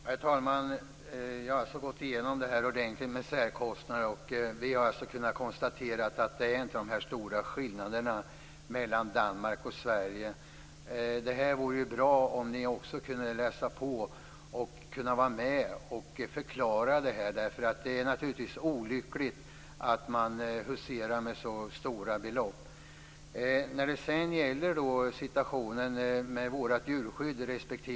Herr talman! Jag har gått igenom frågan om särkostnader ordentligt. Vi har konstaterat att det inte är så stora skillnader mellan Danmark och Sverige. Det vore bra om ni kunde läsa på och vara med och förklara frågan. Det är naturligtvis olyckligt att husera med så stora belopp.